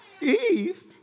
Eve